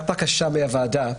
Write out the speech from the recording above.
רק בקשה מהוועדה,